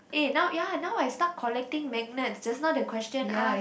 eh now ya now I start collecting magnets just now the question ask